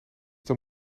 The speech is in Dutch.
dan